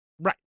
right